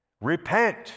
Repent